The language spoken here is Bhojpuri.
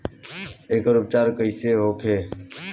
एकर उपचार कईसे होखे?